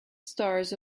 stars